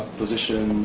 position